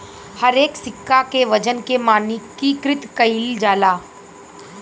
हरेक सिक्का के वजन के मानकीकृत कईल जाला